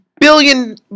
billion